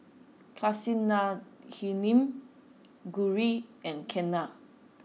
Kasinadhuni Gauri and Ketna